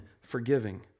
forgiving